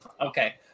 okay